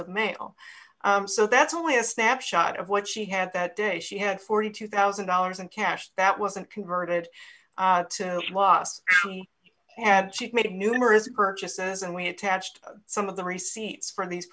of mail so that's only a snapshot of what she had that day she had forty two thousand dollars in cash that wasn't converted last she had made numerous purchases and we attached some of the receipts for these